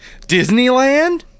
disneyland